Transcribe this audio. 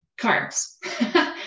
carbs